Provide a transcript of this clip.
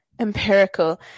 empirical